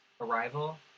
Arrival